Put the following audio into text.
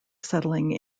settling